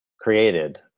created